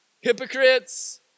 hypocrites